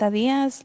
días